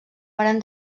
varen